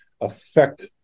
affect